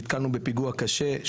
נתקענו בפיגוע קשה.